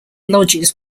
lodges